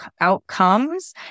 outcomes